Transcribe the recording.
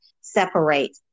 separate